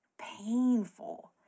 painful